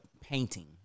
Painting